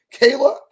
Kayla